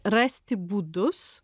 rasti būdus